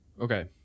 Okay